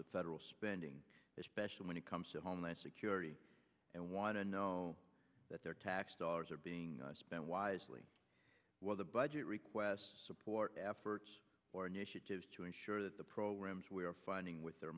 to federal spending especially when it comes to homeland security and want to know that their tax dollars are being spent wisely well the budget requests support efforts or initiatives to ensure that the programs we are finding with their